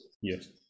Yes